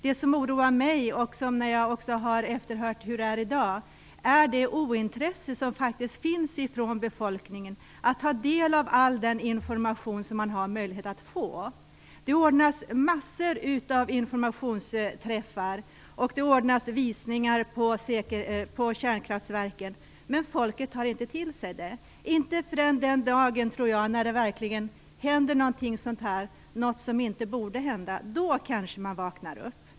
Det som oroade mig, och det som oroar dem som sitter där i dag, är det ointresse som faktiskt finns från befolkningen att ta del av all den information som man har möjlighet att få. Det ordnas mängder av informationsträffar, och det ordnas visningar på kärnkraftsverken. Men befolkningen tar inte detta till sig, inte förrän den dag, tror jag, när det verkligen händer något som inte borde hända. Då kanske befolkningen vaknar upp.